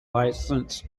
licence